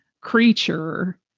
creature